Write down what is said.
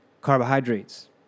carbohydrates